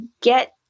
get